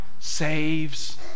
saves